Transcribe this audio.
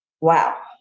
Wow